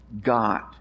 God